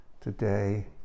today